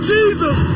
Jesus